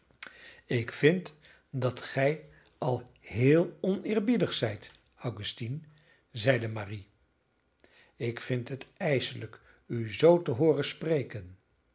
ik vind dat gij al heel oneerbiedig zijt augustine zeide marie ik vind het ijselijk u zoo te hooren spreken